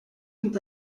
sont